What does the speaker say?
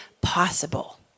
possible